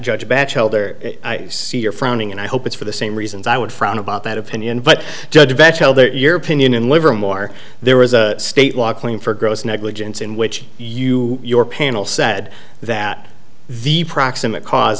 judge batchelder i see you're frowning and i hope it's for the same reasons i would frown about that opinion but judge your opinion in livermore there was a state law claim for gross negligence in which you your panel said that the proximate cause